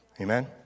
Amen